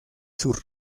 sur